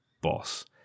boss